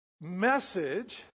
message